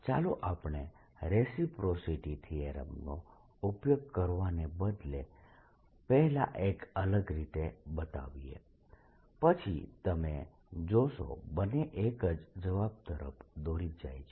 ચાલો આપણે રેસિપ્રોસિટી થીયરમનો ઉપયોગ કરવાને બદલે પહેલા એક અલગ રીતે બતાવીએ પછી તમે જોશો બંને એક જ જવાબ તરફ દોરી જાય છે